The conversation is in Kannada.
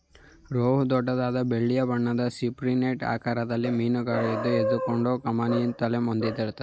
ರೋಹು ದೊಡ್ಡದಾದ ಬೆಳ್ಳಿಯ ಬಣ್ಣದ ಸಿಪ್ರಿನಿಡ್ ಆಕಾರದ ಮೀನಾಗಿದ್ದು ಎದ್ದುಕಾಣೋ ಕಮಾನಿನ ತಲೆ ಹೊಂದಿರುತ್ತೆ